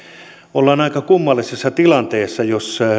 ollaan aika kummallisessa tilanteessa jos